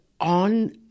on